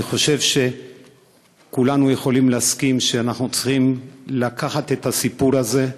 אני חושב שכולנו יכולים להסכים שאנחנו צריכים לקחת את הסיפור הזה,